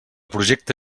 projecte